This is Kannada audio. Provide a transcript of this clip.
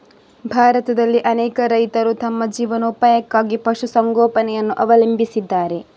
ಭಾರತದಲ್ಲಿ ಅನೇಕ ರೈತರು ತಮ್ಮ ಜೀವನೋಪಾಯಕ್ಕಾಗಿ ಪಶು ಸಂಗೋಪನೆಯನ್ನು ಅವಲಂಬಿಸಿದ್ದಾರೆ